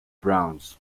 browns